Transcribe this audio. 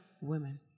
women